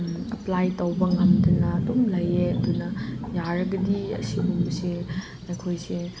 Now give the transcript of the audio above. apply ꯇꯧꯕ ꯉꯝꯗꯅ ꯑꯗꯨꯝ ꯂꯩꯌꯦ ꯑꯗꯨꯅ ꯌꯥꯔꯒꯗꯤ ꯑꯁꯤꯒꯨꯝꯕꯁꯦ ꯑꯩꯈꯣꯏꯁꯦ